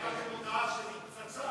אתם נתתם הודעה שהיא פצצה.